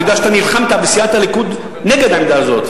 אני יודע שאתה נלחמת בסיעת הליכוד נגד העמדה הזאת.